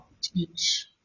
teach